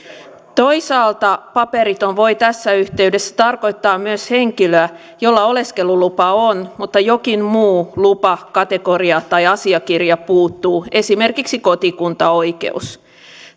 toisaalta paperiton voi tässä yhteydessä tarkoittaa myös henkilöä jolla oleskelulupa on mutta jokin muu lupakategoria tai asiakirja puuttuu esimerkiksi kotikuntaoikeus